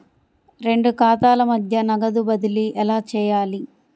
రెండు ఖాతాల మధ్య నగదు బదిలీ ఎలా చేయాలి?